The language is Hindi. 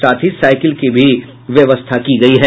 साथ ही साइकिल की भी व्यवस्था की गयी है